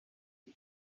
but